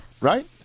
right